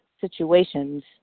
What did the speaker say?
situations